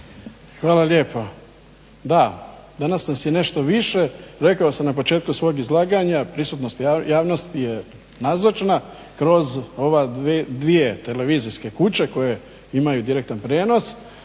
Hvala lijepa. Da. Danas nas je nešto više. Rekao sam na početku svog izlaganja, prisutnost javnosti je nazočna kroz ove dvije televizijske kuće koje imaju direktan prijenos